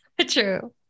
true